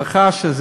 ברכה.